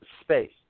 space